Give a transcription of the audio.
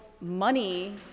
money